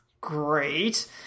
great